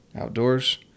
outdoors